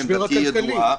עמדתי ידועה.